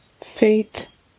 Faith